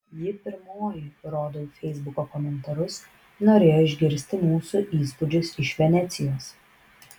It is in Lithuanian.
ji pirmoji rodau feisbuko komentarus norėjo išgirsti mūsų įspūdžius iš venecijos